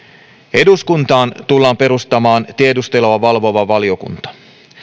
eduskuntaan tullaan perustamaan tiedustelua valvova valiokunta